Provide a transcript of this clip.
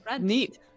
Neat